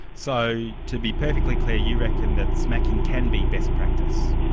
so to be perfectly clear, you reckon that smacking can be best practice?